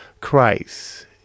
Christ